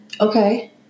Okay